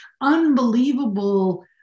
unbelievable